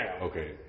Okay